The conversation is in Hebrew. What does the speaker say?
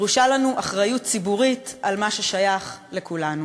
דרושה לנו אחריות ציבורית על מה ששייך לכולנו.